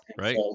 Right